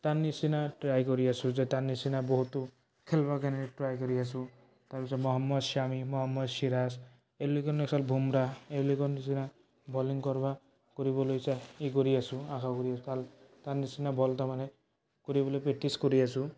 তাৰ নিচিনা ট্ৰাই কৰি আছোঁ যে তাৰ নিচিনা বহুতো খেলিবৰ কাৰণে ট্ৰাই কৰি আছোঁ তাৰপিছত মহম্মদ শামি মহম্মদ ছিৰাজ এওঁ বুমৰাহ এওঁলোকৰ নিচিনা বলিং কৰিবা কৰিবলৈ হেৰি কৰি আছোঁ আশা কৰি আছোঁ তা তাৰ নিচিনা বল তাৰমানে কৰিবলৈ প্ৰেক্টিছ কৰি আছোঁ